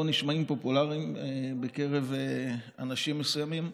נשמעים פופולריים בקרב אנשים מסוימים,